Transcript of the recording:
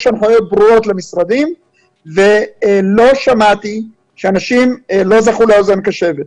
יש הנחיות ברורות למשרדים ולא שמעתי שאנשים לא זכו לאוזן קשבת.